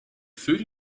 food